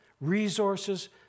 resources